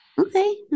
Okay